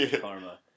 karma